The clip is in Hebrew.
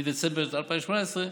מדצמבר 2018,